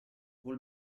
vuol